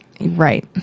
Right